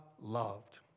loved